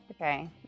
Okay